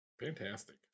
fantastic